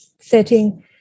setting